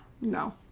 No